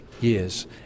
years